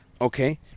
okay